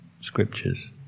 scriptures